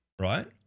right